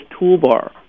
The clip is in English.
toolbar